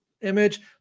image